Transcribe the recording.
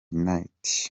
knight